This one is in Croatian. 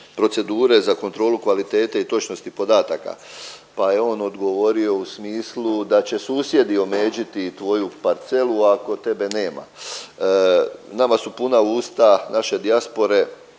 procedure za kontrolu kvalitete i točnosti podataka, pa je on odgovorio u smislu da će susjedi omeđiti i tvoju parcelu ako tebe nema. Nama su puna usta naše dijaspore